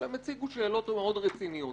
אבל הם הציגו שאלות מאוד רציניות.